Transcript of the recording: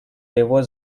его